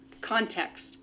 context